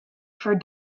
for